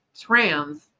trans